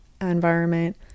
environment